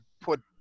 put